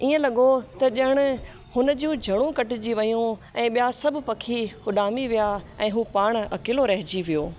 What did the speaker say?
ईअं लॻो त ॼाण हुन जूं ॼणियूं कटिजी वियूं ऐं ॿिया सभु पखी उॾामी विया ऐं पाण अकेलो रहिजी वियो